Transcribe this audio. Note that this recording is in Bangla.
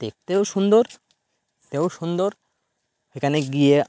দেখতেও সুন্দর দেখতেও সুন্দর এখানে গিয়ে